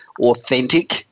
Authentic